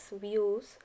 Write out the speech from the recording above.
views